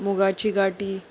मुगाची गाटी